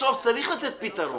בסוף, צריך לתת פתרון.